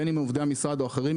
בין אם עובדי המשרד ובין אם אחרים,